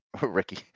Ricky